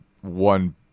one